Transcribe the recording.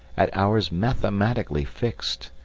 at hours mathematically fixed,